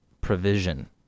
provision